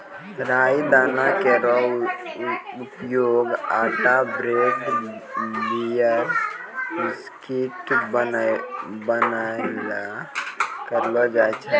राई दाना केरो उपयोग आटा ब्रेड, बियर, व्हिस्की बनैला म करलो जाय छै